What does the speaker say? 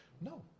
no